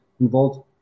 involved